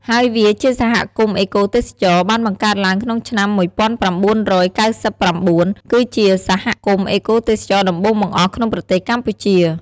ហើយវាជាសហគមន៍អេកូទេសចរណ៍ បានបង្កើតឡើងក្នុងឆ្នាំមួយពាន់ប្រាំបួនរយកៅសិបប្រាំបួន គឺជាសហគមន៍អេកូទេសចរណ៍ដំបូងបង្អស់ក្នុងប្រទេសកម្ពុជា។